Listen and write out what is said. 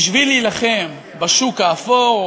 בשביל להילחם בשוק האפור,